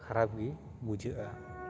ᱠᱷᱟᱨᱟᱯ ᱜᱮ ᱵᱩᱡᱷᱟᱹᱜᱼᱟ